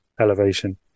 elevation